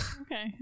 Okay